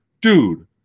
Dude